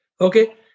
Okay